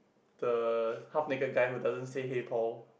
the half naked guy who doesn't say hey Paul